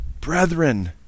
brethren